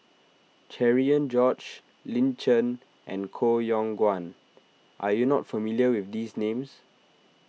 Cherian George Lin Chen and Koh Yong Guan are you not familiar with these names